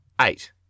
eight